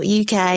uk